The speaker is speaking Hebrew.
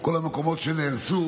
כל המקומות שנהרסו,